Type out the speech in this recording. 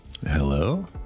Hello